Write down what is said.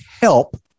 help